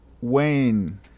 Wayne